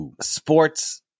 sports